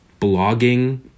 blogging